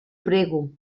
prego